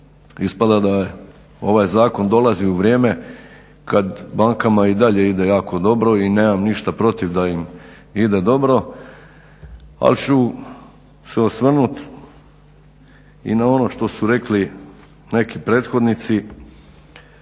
ispada da ovaj zakon dolazi u vrijeme kad bankama i dalje ide jako dobro i nemam ništa protiv da im ide dobro. Ali ću se osvrnuti i na ono što su rekli neki prethodnici